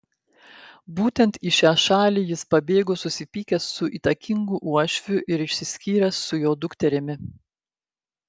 būtent į šią šalį jis pabėgo susipykęs su įtakingu uošviu ir išsiskyręs su jo dukterimi